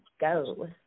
go